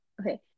Okay